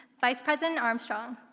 vice-president armstrong,